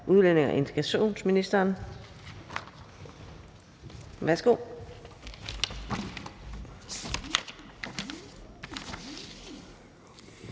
udlændinge- og integrationsministeren. Værsgo.